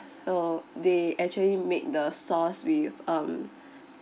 so they actually make the sauce with um